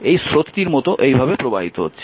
এই স্রোতটির মতো এইভাবে প্রবাহিত হচ্ছে